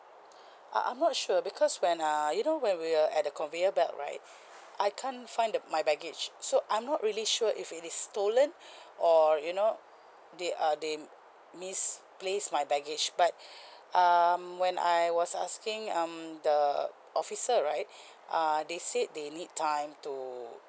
uh I'm not sure because when err you know when we're at the conveyor belt right I can't find the my baggage so I'm not really sure if it is stolen or you know they uh they misplace my baggage but um when I was asking um the officer right err they said they need time to